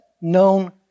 known